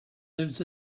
lives